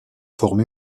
forme